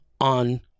on